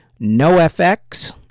NoFX